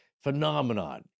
phenomenon